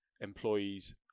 employees